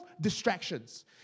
distractions